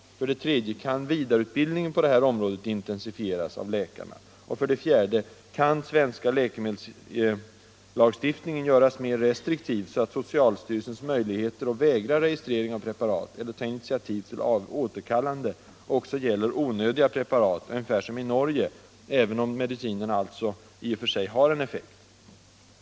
3. Kan vidareutbildningen av läkarna intensifieras? 4. Kan den svenska läkemedelslagstiftningen göras mer restriktiv, så att socialstyrelsens möjligheter att vägra registrering av preparat, eller ta initiativ till återkallande, även gäller ”onödiga preparat” — ungefär som i Norge - även om dessa mediciner i och för sig har en effekt?